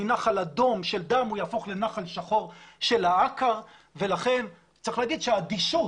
מנחל אדום של דם הוא יהפוך לנחל שחור של העקר ולכן צריך להגיד שהאדישות,